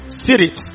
spirit